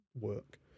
work